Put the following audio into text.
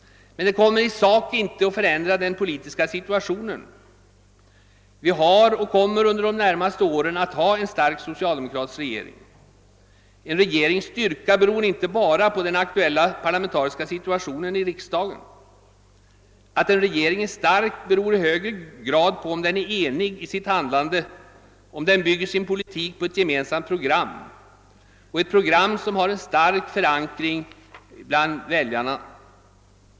Men detta kommer inte att i sak förändra den politiska situationen. Vi har och kommer under de närmaste åren att ha en stark socialdemokratisk regering. En regerings styrka beror inte enbart på den aktuella parlamentariska situationen i riksdagen; den beror i högre grad på om regeringen är enig i sitt handlande, om den bygger sin politik på ett gemensamt program, ett program som har en stark förankring bland väljarna.